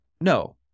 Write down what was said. No